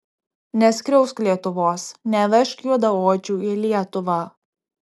neskriausk lietuvos nevežk juodaodžių į lietuvą